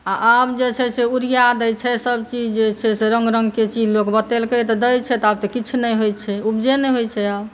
आ आब जे छै से यूरिया दैत छै सभचीज जे छै से रङ्ग रङ्गके चीज लोक बतेलकै तऽ दैत छै तऽ आब तऽ किछु नहि होइत छै उपजे नहि होइत छै आब